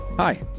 Hi